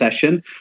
session